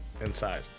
inside